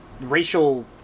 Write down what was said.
racial